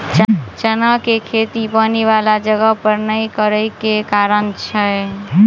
चना केँ खेती पानि वला जगह पर नै करऽ केँ के कारण छै?